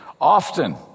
often—